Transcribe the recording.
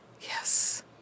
Yes